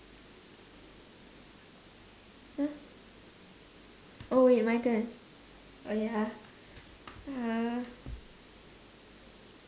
!huh! oh wait my turn oh ya uh